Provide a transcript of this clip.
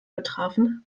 betrafen